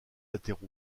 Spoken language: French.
latéraux